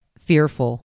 fearful